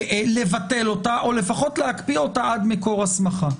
לבטל אותה או לפחות להקפיא אותה עד מקור הסמכה.